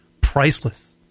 priceless